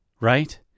right